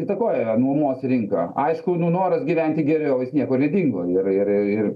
įtakoja nuomos rinką aišku nu noras gyventi geriau niekur nedingo ir ir ir